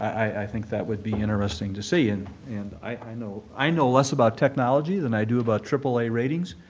i think that would be interesting to see. and and i know i know less about technology than i do about aaa ratings,